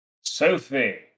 Sophie